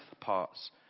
parts